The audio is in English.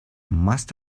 most